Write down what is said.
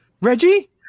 Reggie